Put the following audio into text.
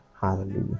Hallelujah